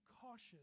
cautious